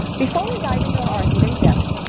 before we dive into our hidden gems,